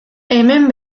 hemen